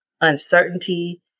uncertainty